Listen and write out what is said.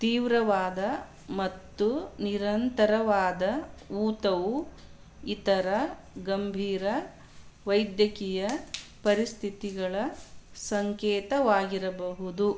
ತೀವ್ರವಾದ ಮತ್ತು ನಿರಂತರವಾದ ಊತವು ಇತರ ಗಂಭೀರ ವೈದ್ಯಕೀಯ ಪರಿಸ್ಥಿತಿಗಳ ಸಂಕೇತವಾಗಿರಬಹುದು